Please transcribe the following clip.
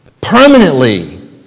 permanently